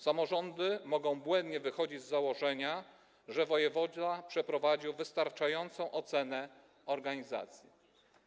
Samorządy mogą błędnie wychodzić z założenia, że wojewoda dokonał wystarczającej oceny organizacji.